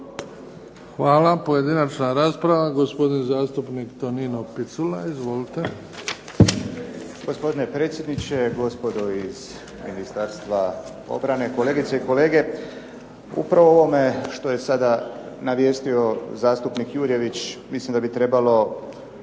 Hvala. Pojedinačna rasprava. Gospodin zastupnik Tonino Picula. Izvolite. **Picula, Tonino (SDP)** Gospodine predsjedniče, gospodo iz Ministarstva obrane, kolegice i kolege. Upravo o ovome što je sada navijestio zastupnik Jurjević mislim da bi trebalo